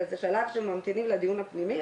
זה שלב שממתינים לדיון הפנימי,